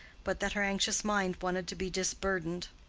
but that her anxious mind wanted to be disburdened.